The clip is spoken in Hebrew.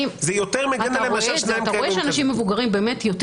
זה יותר מגן עליהם מאשר שתי